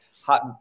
hot